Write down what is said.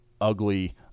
ugly